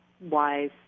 wise